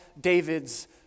David's